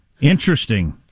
Interesting